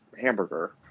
hamburger